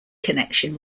connection